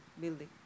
building